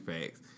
facts